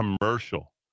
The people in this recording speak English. commercial